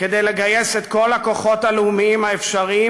כדי לגייס את כל הכוחות הלאומיים האפשריים